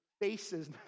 faces